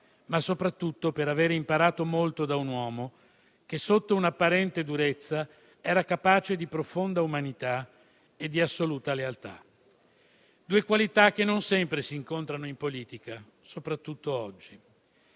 ma, soprattutto, per avere imparato molto da un uomo che, sotto un'apparente durezza, era capace di profonda umanità e di assoluta lealtà: due qualità che non sempre si incontrano in politica, soprattutto oggi.